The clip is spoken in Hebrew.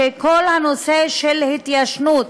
שכל הנושא של התיישנות